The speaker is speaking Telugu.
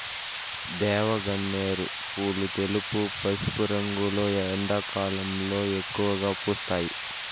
దేవగన్నేరు పూలు తెలుపు, పసుపు రంగులో ఎండాకాలంలో ఎక్కువగా పూస్తాయి